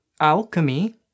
alchemy